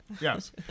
yes